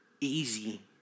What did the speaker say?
Easy